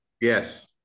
Yes